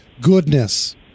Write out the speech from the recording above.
goodness